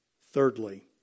thirdly